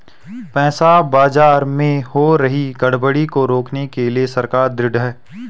पैसा बाजार में हो रही गड़बड़ी को रोकने के लिए सरकार ढृढ़ है